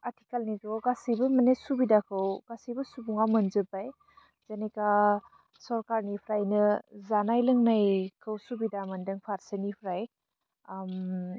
आथिखालनि जुगाव गासैबो मानि सुबिदाखौ गासैबो सुबुङा मोनजोब्बाय जेनेखा सरकारनिफ्रायनो जानाय लोंनायखौ सुबिदा मोनदों फारसेनिफ्राय आम